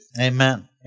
Amen